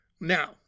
Now